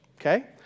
Okay